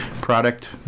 product